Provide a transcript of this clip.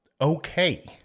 Okay